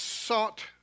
sought